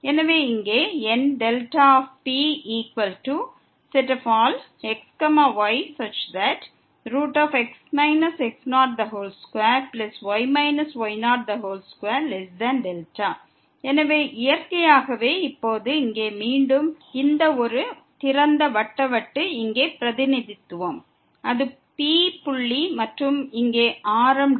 எனவே இங்கே NP≔xyx x02y y02δ எனவே இயற்கையாகவே இப்போது இங்கே மீண்டும் ஒரு திறந்த வட்ட வட்டு இங்கே பிரதிநிதித்துவப்பட்டுள்ளது அது P புள்ளி மற்றும் இங்கே ஆரம் δ